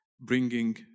bringing